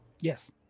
yes